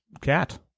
cat